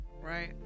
Right